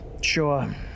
Sure